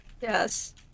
yes